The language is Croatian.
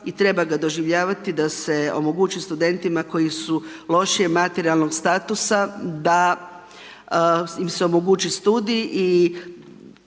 i treba ga doživljavati da se omogući studentima koji su lošijeg materijalnog statusa da im se omogući studij i